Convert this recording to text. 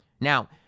Now